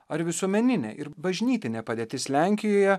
ar visuomeninė ir bažnytinė padėtis lenkijoje